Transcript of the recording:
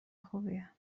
خوبیه